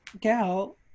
gal